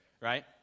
right